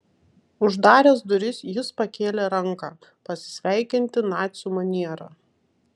uždaręs duris jis pakėlė ranką pasisveikinti nacių maniera